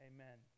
Amen